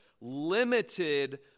limited